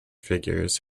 figures